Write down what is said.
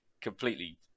completely